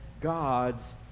God's